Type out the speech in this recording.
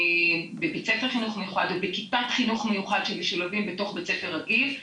בבית ספר חינוך מיוחד ובכיתת חינוך מיוחד שמשולבים בתוך בית ספר רגיל,